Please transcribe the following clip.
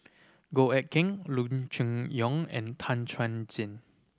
Goh Eck Kheng Loo Choon Yong and Tan Chuan Jin